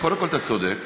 קודם כול, אתה צודק.